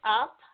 up